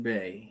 Bay